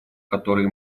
которые